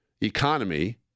economy